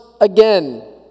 again